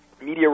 Media